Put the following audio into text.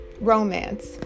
romance